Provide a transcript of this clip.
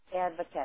advocate